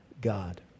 God